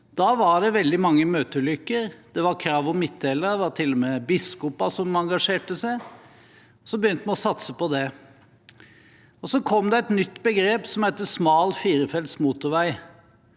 Da var det veldig mange møteulykker, det kom krav om midtdelere – det var til og med biskoper som engasjerte seg – og så begynte vi å satse på det. Så kom det et nytt begrep som het «smal firefelts motorvei».